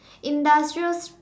industrial s~